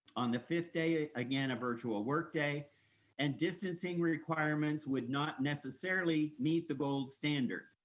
on the fifth day, again, a virtual work day and distancing requirements would not necessarily meet the gold standard.